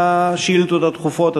השאילתות הדחופות.